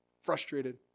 frustrated